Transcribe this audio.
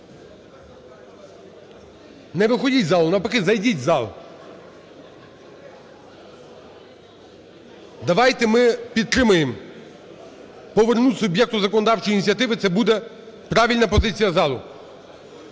Не виходіть із залу, навпаки, зайдіть в зал. Давайте ми підтримаємо повернути суб'єкту законодавчої ініціативи, це буде правильна позиція залу.